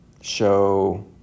show